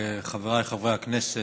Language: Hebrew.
חבריי חברי הכנסת,